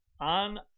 on